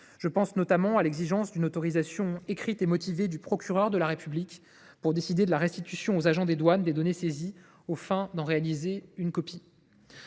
Je pense notamment à l’exigence d’une autorisation « écrite et motivée » du procureur de la République pour décider de la restitution aux agents des douanes des données saisies aux fins d’en réaliser une copie.